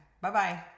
Bye-bye